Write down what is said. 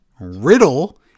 Riddle